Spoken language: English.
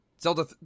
Zelda